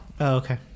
okay